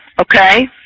okay